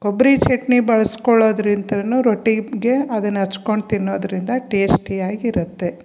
ಕೊಬ್ಬರಿ ಚಟ್ನಿ ಬಳ್ಸ್ಕೊಳ್ಳೊದ್ರಿಂದನೂ ರೊಟ್ಟಿಗೆ ಅದನ್ನು ಹಚ್ಕೊಂಡ್ ತಿನ್ನೋದರಿಂದ ಟೇಶ್ಟಿಯಾಗಿ ಇರುತ್ತೆ